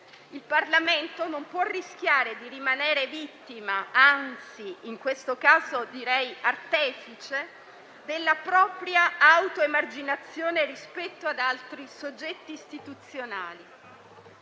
Il Parlamento non può rischiare di rimanere vittima - anzi, in questo caso, direi artefice - della propria autoemarginazione rispetto ad altri soggetti istituzionali.